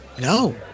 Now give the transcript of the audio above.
No